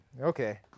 Okay